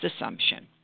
assumption